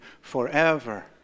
forever